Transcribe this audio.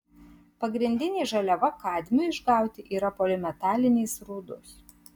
pagrindinė žaliava kadmiui išgauti yra polimetalinės rūdos